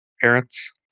parents